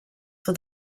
for